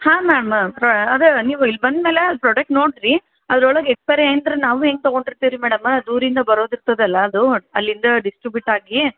ಹಾಂ ಮ್ಯಾಮ್ ಪ ಅದು ನೀವು ಇಲ್ಲಿ ಬಂದ ಮೇಲೆ ಪ್ರೊಡೆಕ್ಟ್ ನೋಡಿರಿ ಅದ್ರೊಳಗೆ ಎಕ್ಸ್ಪೈರಿ ಏನ್ರ ನಾವು ಹೆಂಗೆ ತೊಗೊಂಡಿರ್ತೀವಿ ರೀ ಮೇಡಮ ದೂರಿಂದ ಬರೋದಿರ್ತದ್ಯಲ್ಲ ಅದು ಅಲ್ಲಿಂದ ಡಿಸ್ಟ್ರಿಬ್ಯೂಟಾಗಿ